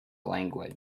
language